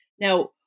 Now